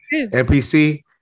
NPC